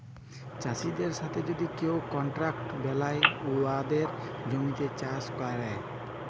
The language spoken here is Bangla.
চাষীদের সাথে যদি কেউ কলট্রাক্ট বেলায় উয়াদের জমিতে চাষ ক্যরে